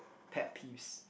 pet peeves